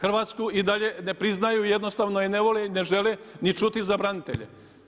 Hrvatsku i dalje ne priznaju i jednostavno ju ne vole i ne žele ni čuti za branitelje.